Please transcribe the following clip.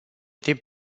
tip